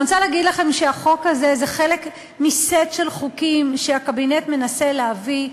אני רוצה להגיד לכם שהחוק הזה זה חלק מסט של חוקים שהקבינט מנסה להביא,